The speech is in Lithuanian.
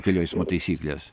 kelių eismo taisyklės